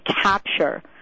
capture